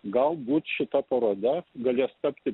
galbūt šita paroda galės tapti